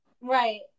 right